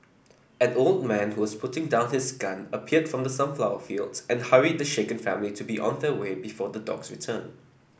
an old man who was putting down his gun appeared from the sunflower fields and hurried the shaken family to be on their way before the dogs return